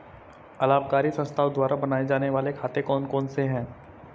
अलाभकारी संस्थाओं द्वारा बनाए जाने वाले खाते कौन कौनसे हैं?